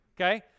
Okay